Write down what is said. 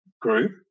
group